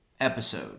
episode